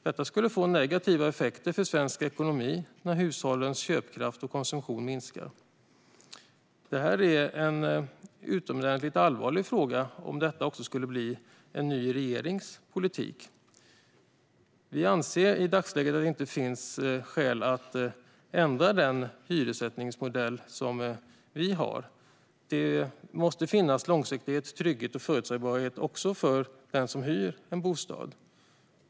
Det skulle få negativa effekter för svensk ekonomi när hushållens köpkraft och konsumtion minskar. Detta är en utomordentligt allvarlig fråga om det här också skulle bli en ny regerings politik. Vi anser i dagsläget att det inte finns skäl att ändra den hyressättningsmodell som vi har. Det måste finnas långsiktighet, trygghet och förutsägbarhet också för den som hyr en bostad.